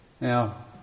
Now